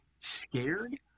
scared